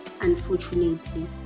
unfortunately